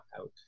out